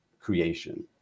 creation